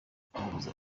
kumubuza